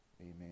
Amen